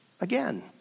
again